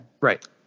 Right